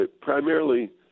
primarily